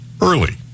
early